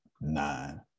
nine